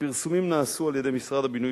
הפרסומים נעשו על-ידי משרד הבינוי